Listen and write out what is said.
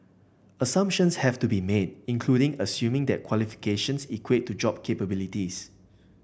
assumptions have to be made including assuming that qualifications equate to job capabilities